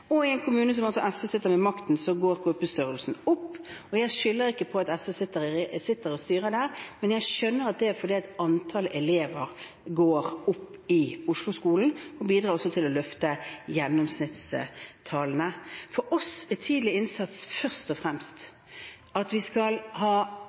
og i en kommune hvor SV sitter med makten, går gruppestørrelsen opp. Jeg skylder ikke på at SV styrer der, men jeg skjønner at det er fordi antallet elever går opp i Osloskolen, og det bidrar til å løfte gjennomsnittstallene. For oss er tidlig innsats først og